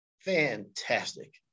Fantastic